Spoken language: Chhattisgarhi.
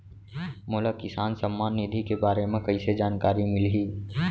मोला किसान सम्मान निधि के बारे म कइसे जानकारी मिलही?